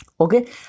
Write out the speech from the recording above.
Okay